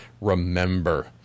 remember